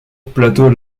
plateau